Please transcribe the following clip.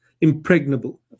impregnable